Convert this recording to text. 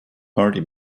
party